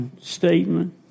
statement